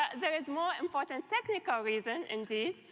there is more important technical reason, indeed,